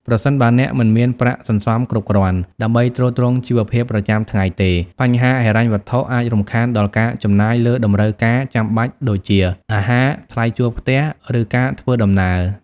ប្រសិនបើអ្នក មិនមានប្រាក់សន្សំគ្រប់គ្រាន់ ដើម្បីទ្រទ្រង់ជីវភាពប្រចាំថ្ងៃទេ បញ្ហាហិរញ្ញវត្ថុអាចរំខានដល់ការចំណាយលើតម្រូវការចាំបាច់ដូចជា អាហារ ថ្លៃជួលផ្ទះ ឬការធ្វើដំណើរ។